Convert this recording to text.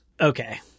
okay